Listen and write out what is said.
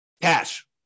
Cash